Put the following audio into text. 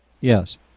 Yes